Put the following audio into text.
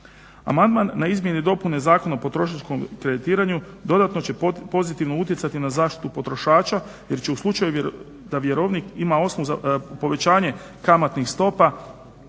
Amandman na izmjene i dopune Zakona o potrošačkom kreditiranju dodatno će pozitivno utjecati na zaštitu potrošača jer u slučaju da vjerovnik ima povećanje kamatnih stopa